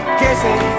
kissing